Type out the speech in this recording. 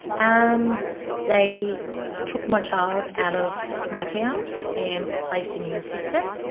um they took my child out of my care and placed him in the system.